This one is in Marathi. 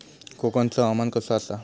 कोकनचो हवामान कसा आसा?